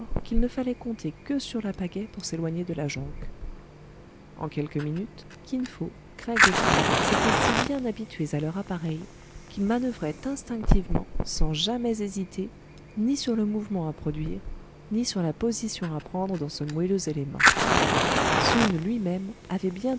qu'il ne fallait compter que sur la pagaie pour s'éloigner de la jonque en quelques minutes kin fo craig et fry s'étaient si bien habitués à leur appareil qu'ils manoeuvraient instinctivement sans jamais hésiter ni sur le mouvement à produire ni sur la position à prendre dans ce moelleux élément soun lui-même avait bientôt